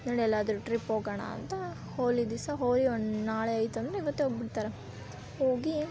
ನಡಿ ಎಲ್ಲಾದರೂ ಟ್ರಿಪ್ ಹೋಗಣ ಅಂತ ಹೋಳಿ ದಿವಸ ಹೋಗ್ ಒಂದು ನಾಳೆ ಐತಂದರೆ ಇವತ್ತೇ ಹೋಗ್ಬಿಡ್ತಾರ ಹೋಗಿ